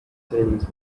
tennis